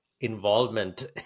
involvement